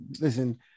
listen